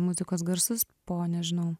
muzikos garsus po nežinau